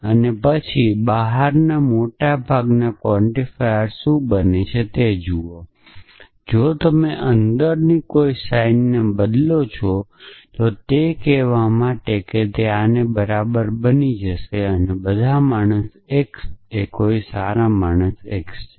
અને પછી બહારના મોટા ભાગના ક્વાન્ટિફાયર શું છે તે જુઓ જો તમે અંદરના કોઈ સાઇનને બદલો છો તો તે કહેવા માટે આને બરાબર બની જશે કે બધા માણસ x માટે કોઈ સારો માણસ x છે